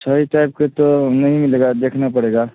छऽही टाइपके तऽ नहीं मिलेगा देखना पड़ेगा